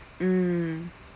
mm